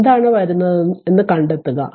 എന്താണ് വരുന്നത് എന്നു കണ്ടെത്തുക